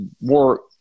more